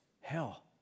hell